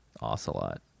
ocelot